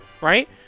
right